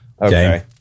Okay